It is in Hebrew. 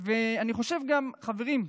חברים,